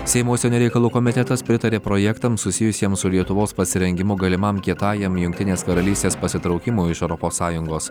seimo užsienio reikalų komitetas pritarė projektams susijusiems su lietuvos pasirengimu galimam kietajam jungtinės karalystės pasitraukimui iš europos sąjungos